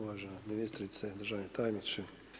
Uvažena ministrice, državni tajniče.